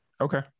okay